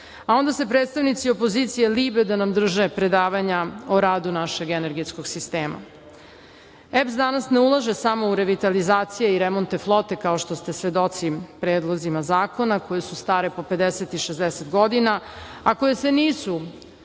A onda se predstavnici opozicije libe da nam drže predavanja o radu našeg energetskog sistema. EPS danas ne ulaže samo u revitalizacije i remonte flote kao što ste svedoci predlozima zakona koje su stare po 50 i 60 godina, a koje se nisu